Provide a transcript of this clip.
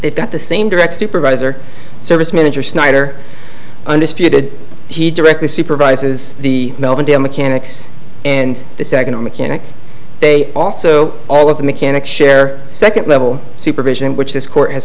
they've got the same direct supervisor service manager snyder undisputed he directly supervises the melody a mechanics and this economic and they also all of the mechanics share second level supervision which this court has